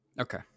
Okay